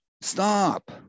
stop